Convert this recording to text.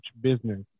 business